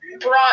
brought